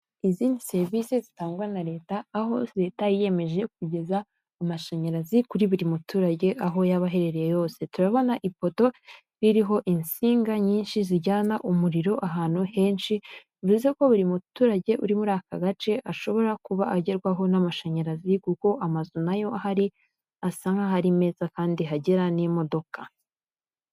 Izindi serivisi zitangwa na leta aho leta yiyemeje kugeza amashanyarazi kuri buri muturage aho yaba aherereye hose, turabona iPoto ririho insinga nyinshi zijyana umuriro ahantu henshi, bivuze ko buri muturage uri muri aka gace ashobora kuba agerwaho n'amashanyarazi kuko amazu nayo ahari asa nk'aho ari meza kandi hagera n'imodoka.